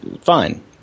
fine